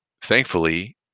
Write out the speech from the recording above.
thankfully